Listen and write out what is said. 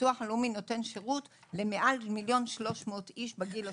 הביטוח הלאומי נותן שירות למעל 1,300,000 איש בגיל השלישי.